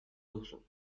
duzu